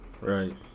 Right